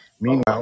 Meanwhile